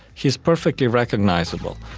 he is perfectly recognisable.